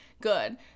good